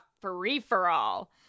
free-for-all